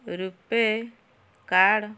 ରୂପେ କାର୍ଡ଼୍